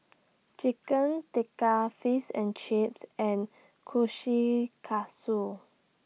Chicken Tikka Face and Chips and Kushikatsu